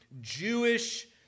Jewish